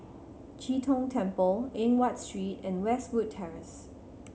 Chee Tong Temple Eng Watt Street and Westwood Terrace